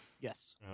yes